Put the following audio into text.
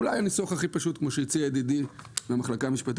אולי הניסוח הכי פשוט הוא כמו שהציע ידידי מהמחלקה המשפטית.